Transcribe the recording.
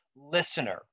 listener